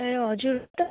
ए हजुर हो त